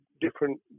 different